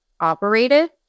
operated